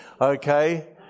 Okay